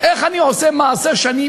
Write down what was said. אצל שר האוצר,